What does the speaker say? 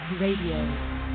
Radio